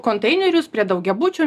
konteinerius prie daugiabučių